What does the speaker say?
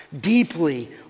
deeply